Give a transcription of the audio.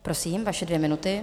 Prosím, vaše dvě minuty.